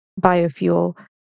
biofuel